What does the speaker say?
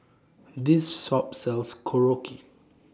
This Shop sells Korokke